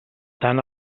tant